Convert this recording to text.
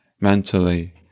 mentally